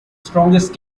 strongest